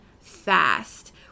fast